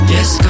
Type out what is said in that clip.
Yes